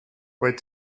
wait